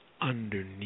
underneath